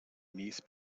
niece